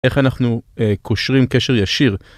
איך אנחנו קושרים קשר ישיר.